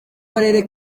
karere